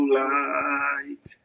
light